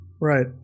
Right